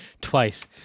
twice